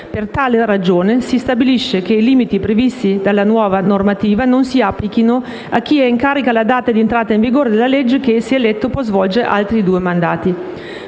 Per tale ragione, si stabilisce che i limiti previsti dalla nuova normativa non si applichino a chi è in carica alla data di entrata in vigore della legge che, se eletto, può svolgere altri due mandati.